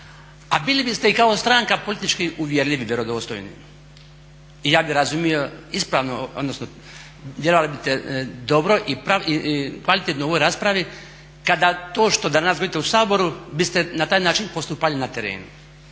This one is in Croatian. A bili biste i kao stranka politički uvjerljivi, vjerodostojni i ja bih razumio ispravno, odnosno djelovali biste dobro i kvalitetno u ovoj raspravi kada to što danas govorite u Saboru biste na taj način postupali na terenu,